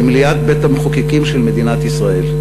במליאת בית-המחוקקים של מדינת ישראל.